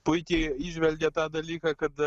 puikiai įžvelgė tą dalyką kad